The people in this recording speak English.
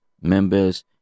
members